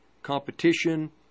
competition